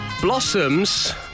Blossoms